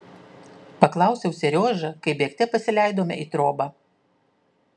paklausiau seriožą kai bėgte pasileidome į trobą